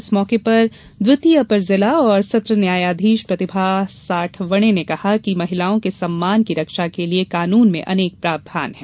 इस मौके पर द्वितीय अपर जिला एवं सत्र न्यायाधीश प्रतिभा साठवणे ने कहा कि महिलाओं के सम्मान की रक्षा के लिये कानून में अनेक प्रावधान है